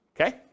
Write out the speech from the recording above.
okay